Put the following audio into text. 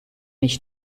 ich